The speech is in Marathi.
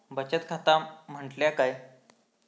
बचत खाता म्हटल्या काय?